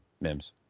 Mims